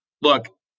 look